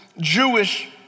Jewish